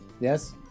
Yes